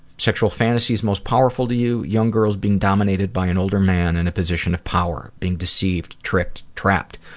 sexual fantasies most powerful to you young girls being dominated by an older man in a position of power, being deceived, tricked, trapped,